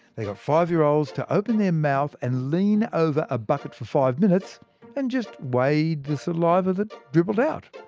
they got five-year-olds to open their mouth and lean over a bucket for five minutes and just weighed the saliva that dribbled out.